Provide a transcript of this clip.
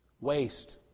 waste